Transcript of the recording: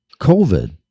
COVID